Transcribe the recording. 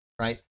right